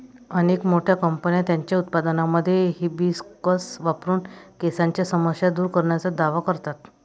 अनेक मोठ्या कंपन्या त्यांच्या उत्पादनांमध्ये हिबिस्कस वापरून केसांच्या समस्या दूर करण्याचा दावा करतात